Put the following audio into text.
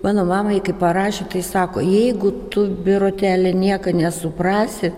mano mamai kai parašė tai sako jeigu tu birutėle nieka nesuprasi